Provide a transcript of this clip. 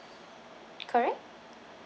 correct